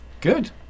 good